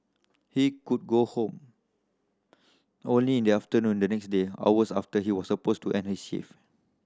he could go home only in the afternoon the next day hours after he was supposed to end his shift